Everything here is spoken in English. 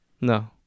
No